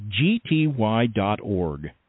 gty.org